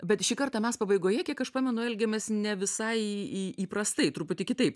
bet šį kartą mes pabaigoje kiek aš pamenu elgėmės ne visai įprastai truputį kitaip